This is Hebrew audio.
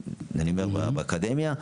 באקדמיה,